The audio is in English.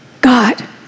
God